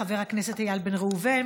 חבר הכנסת איל בן ראובן,